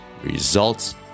results